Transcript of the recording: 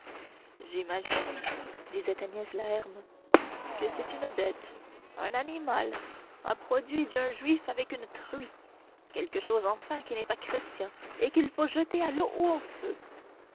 agnès la herme que c'est une bête un animal le produit d'un juif avec une truie quelque chose enfin qui n'est pas chrétien et qu'il faut jeter à l'eau ou au feu